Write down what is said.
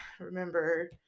remember